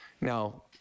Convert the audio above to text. Now